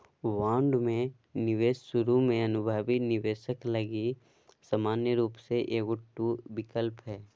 bond में निवेश शुरु में अनुभवी निवेशक लगी समान रूप से एगो टू विकल्प हइ